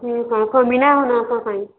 हो का कमी नाही होणार का काही